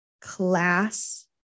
class